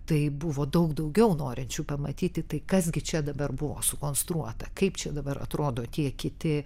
tai buvo daug daugiau norinčių pamatyti tai kas gi čia dabar buvo sukonstruota kaip čia dabar atrodo tie kiti